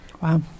Wow